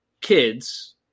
kids